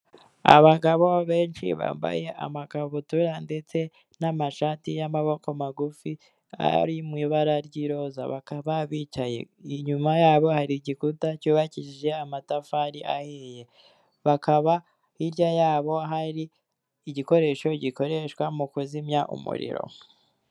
Abagabo benshi bambaye amakabutura ndetse n'amashati y'amaboko magufi ari mu ibara ry'iroza, bakaba bicaye, inyuma yabo hari igikuta cyubakishije amatafari ahiye, bakaba hirya yabo hari igikoresho gikoreshwa mu kuzimya umuriro.